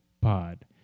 pod